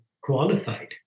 qualified